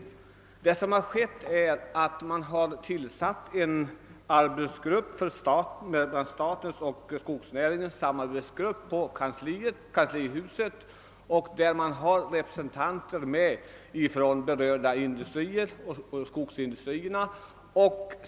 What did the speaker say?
Vad som här skett är att man i kanslihuset tillsatt en arbetsgrupp, »statens och skogsnäringarnas samarbetsgrupp», där man har med representanter från berörda industrier, skogsindustrierna.